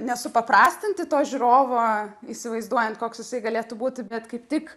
nesupaprastinti to žiūrovo įsivaizduojant koks jisai galėtų būti bet kaip tik